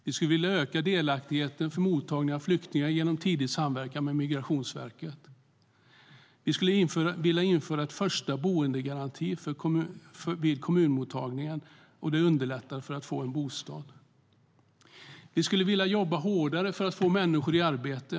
Vi skulle vilja öka delaktigheten vid mottagandet av flyktingar genom tidig samverkan med Migrationsverket. Vi skulle vilja införa en första-boende-garanti vid kommunmottagagandet. Det skulle underlätta för dessa människor att få en bostad. Vi skulle vilja jobba hårdare för att få människor i arbete.